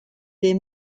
des